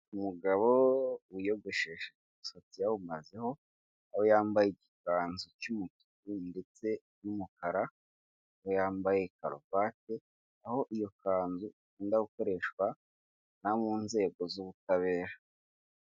Umugabo wiyogoshesheje umusatsi yawumazeho, aho yambaye igikanzu cy'umutuku ndetse n'umukara, aho yambaye karuvate, aho iyo kazu ikunda gukoreshwa no mu nzego z'ubutabera.